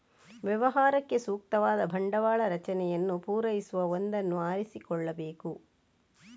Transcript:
ವ್ಯವಹಾರಕ್ಕೆ ಸೂಕ್ತವಾದ ಬಂಡವಾಳ ರಚನೆಯನ್ನು ಪೂರೈಸುವ ಒಂದನ್ನು ಆರಿಸಿಕೊಳ್ಳಬೇಕು